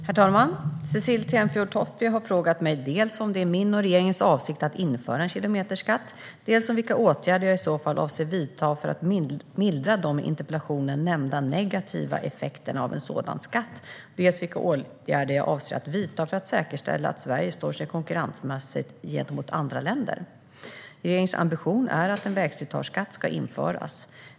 Herr talman! Cecilie Tenfjord-Toftby har frågat mig dels om det är min och regeringens avsikt att införa en kilometerskatt, dels vilka åtgärder jag i så fall avser att vidta för att mildra de i interpellationen nämnda negativa effekterna av en sådan skatt och dels vilka åtgärder jag avser att vidta för att säkerställa att Sverige står sig konkurrensmässigt gentemot andra länder. Regeringens ambition är att en vägslitageskatt ska införas.